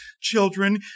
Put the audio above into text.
children